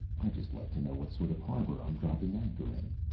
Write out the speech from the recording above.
i just like to know what sort of harbor i'm dropping anchor in.